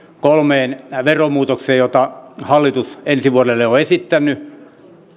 kolmeen veromuutokseen joita hallitus ensi vuodelle on esittänyt